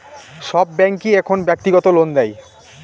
সব ব্যাঙ্কই এখন ব্যক্তিগত লোন দেয়